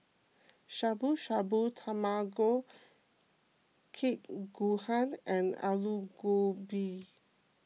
Shabu Shabu Tamag Kake Gohan and Alu Gobi